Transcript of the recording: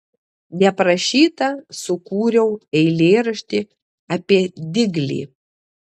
neprašyta sukūriau eilėraštį apie diglį